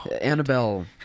Annabelle